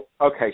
okay